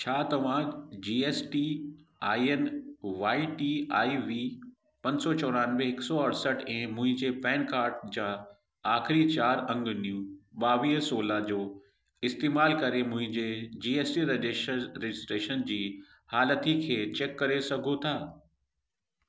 छा तव्हां GST I N Y T I V पंज सौ चौरानवे हिकु सौ अड़सठ ऐ मुंहिंजे पैन कार्ड जा आख़िरी चारि अंगनियू ॿावीह सोला जो इस्तेमालु करे मुंहिंजे जीएसटी रजेशर रजिस्ट्रेशन जी हालती खे चेक करे सघो था